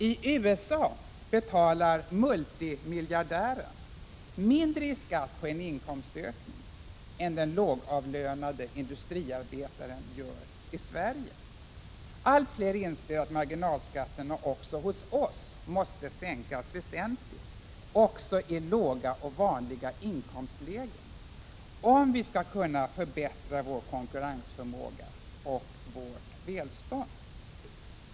I USA betalar multimiljardären mindre i skatt på en inkomstökning än den lågavlönade industriarbetaren gör i Sverige. Allt fler inser att marginalskatterna även hos oss måste sänkas väsentligt också i låga och vanliga inkomstlägen, om vi skall kunna förbättra vår konkurrensförmåga och vårt välstånd.